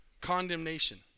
condemnation